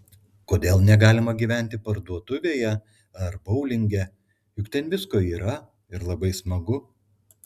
kodėl negalima gyventi parduotuvėje ar boulinge juk ten visko yra ir labai smagu